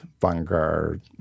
Vanguard